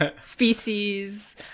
species